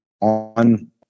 on